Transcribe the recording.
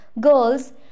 girls